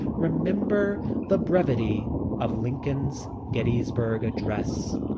remember the brevity of lincoln's gettysburg address.